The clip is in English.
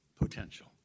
potential